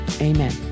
Amen